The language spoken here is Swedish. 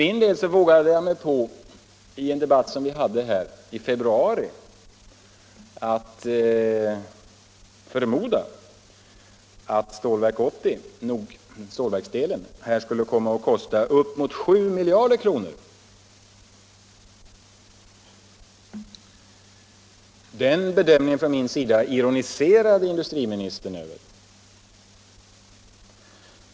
I en debatt som vi hade här i februari vågade jag mig på att förmoda att stålverksdelen skulle komma att kosta upp emot 7 miljarder kronor. Den bedömningen från min sida ironiserade industriministern över.